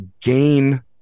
gain